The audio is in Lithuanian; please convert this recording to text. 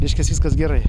reiškias viskas gerai